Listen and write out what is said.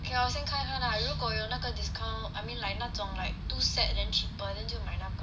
kay 我先看他 lah 如果有那个 discount I mean like 那种 like two set then cheaper then 就买那个